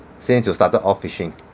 since you started off fishing